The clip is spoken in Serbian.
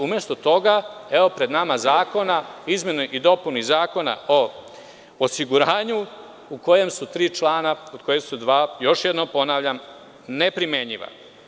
Umesto toga, pred nama je zakona, izmene i dopune Zakona o osiguranju u kojem su tri člana, od kojeg su dva, još jednom ponavljam neprimenjiva.